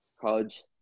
college